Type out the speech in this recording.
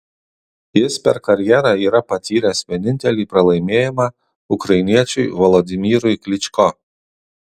jis per karjerą yra patyręs vienintelį pralaimėjimą ukrainiečiui volodymyrui klyčko